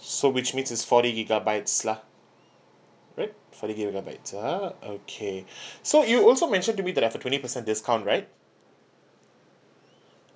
so which means it's forty gigabytes lah alright forty gigabytes ah okay so you also mentioned to me that I have twenty percent discount right